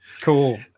Cool